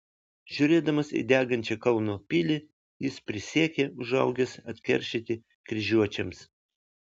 žiūrėdamas į degančią kauno pilį jis prisiekė užaugęs atkeršyti kryžiuočiams